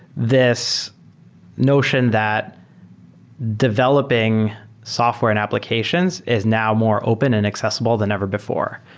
this notion that developing software and applications is now more open and accessible than ever before.